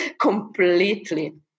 completely